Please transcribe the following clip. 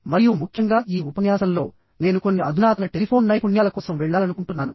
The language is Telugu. మరియు ముఖ్యంగా ఈ ఉపన్యాసంలో నేను కొన్ని అధునాతన టెలిఫోన్ నైపుణ్యాల కోసం వెళ్లాలనుకుంటున్నాను